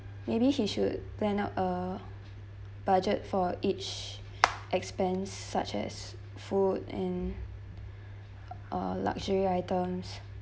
maybe he should plan out a budget for each expense such as food and uh luxury items